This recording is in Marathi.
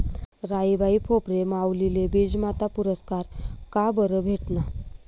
राहीबाई फोफरे माउलीले बीजमाता पुरस्कार काबरं भेटना?